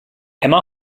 emma